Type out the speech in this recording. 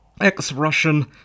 Ex-Russian